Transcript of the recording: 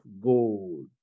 gold